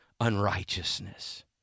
unrighteousness